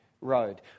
road